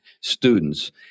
students